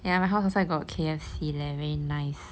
ya my house outside got K_F_C leh very nice